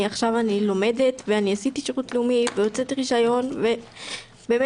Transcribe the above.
עכשיו אני לומדת ועשיתי שירות לאומי והוצאתי רישיון ובאמת